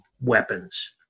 weapons